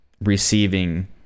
receiving